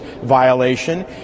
violation